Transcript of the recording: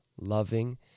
loving